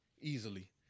Easily